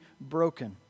broken